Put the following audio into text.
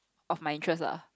of my interest lah